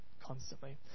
constantly